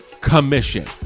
commission